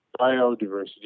biodiversity